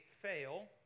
fail